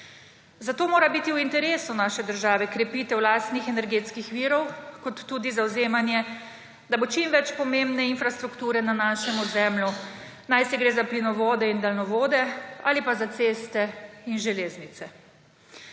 Zato mora biti v interesu naše države krepitev lastnih energetskih virov kot tudi zavzemanje, da bo čim več pomembne infrastrukture na našem ozemlju, naj se gre za plinovode in daljnovode ali pa za ceste in železnice.